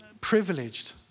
privileged